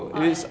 what eh